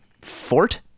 fort